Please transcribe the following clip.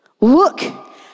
look